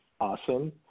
awesome